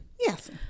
Yes